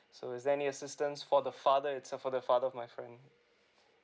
so is there any assistance for the father itself for the father of my friend